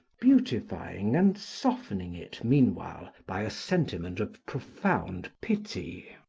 beautifying and softening it, meanwhile, by a sentiment of profound pity.